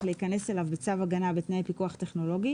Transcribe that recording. להיכנס אליו בצו הגנה בתנאי פיקוח טכנולוגי,